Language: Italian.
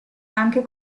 anche